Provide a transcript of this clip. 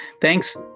Thanks